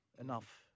enough